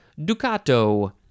Ducato